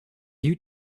new